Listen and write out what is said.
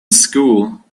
school